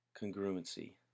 Congruency